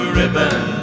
ribbon